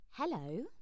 Hello